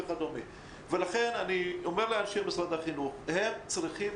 אנשי משרד החינוך צריכים